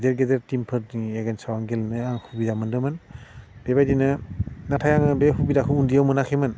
गेदेर गेदेर टीमफोरनि एगेन्सआव आं गेलेनो आं सुबिदा मोनदोंमोन बेबादिनो नाथाय आङो बे सुबिदाखौ उन्दैयाव मोनाखैमोन